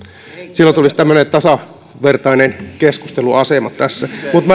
silloin tulisi tämmöinen tasavertainen keskusteluasema tässä mutta